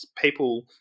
people